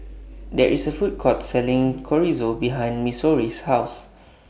There IS A Food Court Selling Chorizo behind Missouri's House